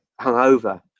hungover